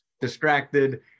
distracted